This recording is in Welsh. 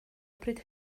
bryd